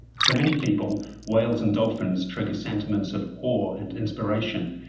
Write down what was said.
for many people whales and dolphins trigger sentiments of awe and inspiration.